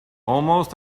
almost